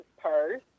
purse